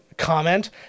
comment